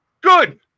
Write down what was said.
Good